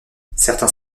certains